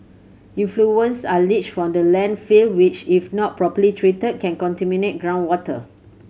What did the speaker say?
effluents are leached from the landfill which if not properly treated can contaminate groundwater